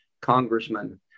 congressman